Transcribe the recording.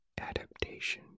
adaptation